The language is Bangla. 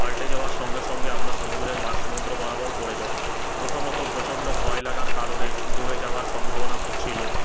পাল্টে যাওয়ার সঙ্গে সঙ্গে আমরা সমুদ্রের মাঝ সমুদ্র বরাবর পড়ে যাই প্রথমত প্রচন্ড ভয় লাগার কারণে ডুবে যাওয়ার সম্ভবনা ছিলো